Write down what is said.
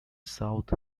south